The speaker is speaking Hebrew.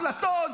אפלטון,